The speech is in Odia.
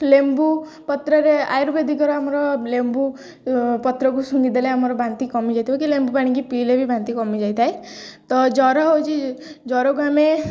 ଲେମ୍ବୁ ପତ୍ରରେ ଆୟୁର୍ବେଦିକର ଆମର ଲେମ୍ବୁ ପତ୍ରକୁ ଶୁଙ୍ଘି ଦେଲେ ଆମର ବାନ୍ତି କମି ଯାଇଥାଏ କି ଲେମ୍ବୁ ପାଣିକି ପିଇଲେ ବି ବାନ୍ତି କମିଯାଇଥାଏ ତ ଜ୍ୱର ହେଉଛି ଜ୍ୱରକୁ ଆମେ